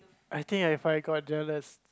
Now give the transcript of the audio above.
I think I've I got jealous